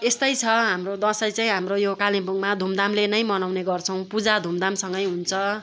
यस्तै छ हाम्रो यो दसैँ चाहिँ हाम्रो यो कालिम्पोङमा धुमधामले नै मनाउने गर्छौँ पूजा धुमधामसँगै हुन्छ